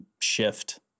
shift